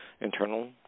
internal